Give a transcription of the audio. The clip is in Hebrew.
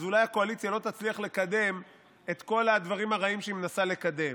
אז אולי הקואליציה לא תצליח לקדם את כל הדברים הרעים שהיא מנסה לקדם.